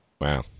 Wow